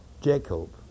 Jacob